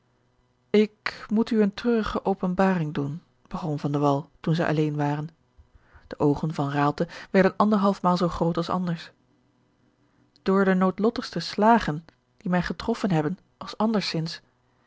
ik moet u eene treurige openbaring doen begon van de wall toen zij alleen waren de oogen van raalte werden anderhalf maal zoo groot als anders door de noodlottigste slagen die mij getroffen hebben als anderzins